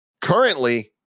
Currently